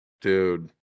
dude